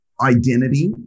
identity